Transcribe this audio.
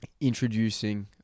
introducing